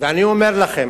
ואני אומר לכם